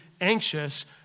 anxious